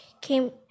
came